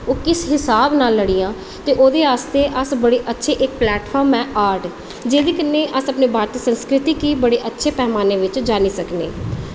होर किस हिसाब नाल लड़ियां ते ओह्दे आस्तै इक्क अच्छा प्लेटफार्म ऐ आर्ट जेह्दे कन्नै अस अपनी भारती संस्कृति गी अच्छे टाईम आने उप्पर जानी सकने